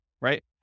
right